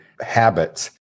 habits